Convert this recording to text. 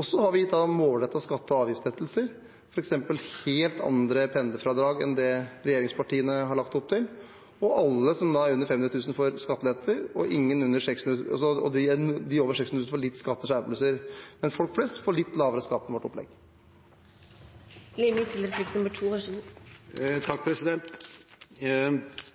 Så har vi gitt målrettede skatte- og avgiftslettelser, f.eks. helt andre pendlerfradrag enn det regjeringspartiene har lagt opp til. Alle som har under 500 000 kr, får skattelettelser, og de som har over 600 000 kr, får litt skatteskjerpelse. Men folk flest får litt lavere skatt med vårt